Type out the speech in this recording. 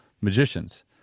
magicians